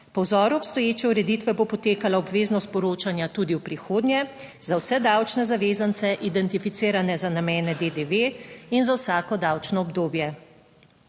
Po vzoru obstoječe ureditve bo potekala obveznost poročanja tudi v prihodnje za vse davčne zavezance identificirane za namene DDV in za vsako davčno obdobje.